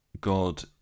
god